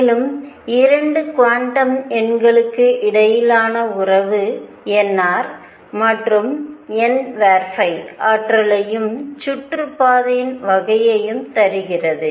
மேலும்2 quantum எண்களுக்கு இடையிலான உறவு nr மற்றும் n ஆற்றலையும் சுற்றுப்பாதையின் வகையையும் தருகிறது